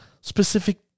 specific